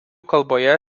kalboje